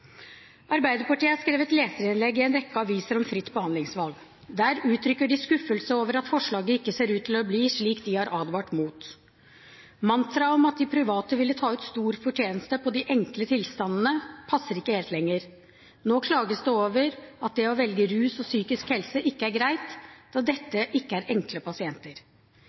Der uttrykker de skuffelse over at forslaget ikke ser ut til å bli slik de har advart mot. Mantraet om at de private ville ta ut stor fortjeneste på de enkle tilstandene, passer ikke helt lenger. Nå klages det over at det å velge rus og psykisk helse ikke er greit, da dette ikke er enkle pasienter.